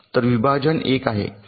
तर विभाजन 1 आहे